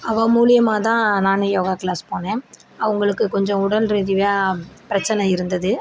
அவள் மூலயமாதான் நானும் யோகா க்ளாஸ் போனேன் அவங்களுக்கு கொஞ்சம் உடல் ரீதியாக பிரச்சனை இருந்தது